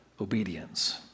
obedience